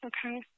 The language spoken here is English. Okay